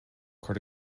cur